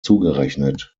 zugerechnet